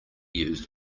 used